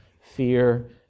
fear